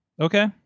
Okay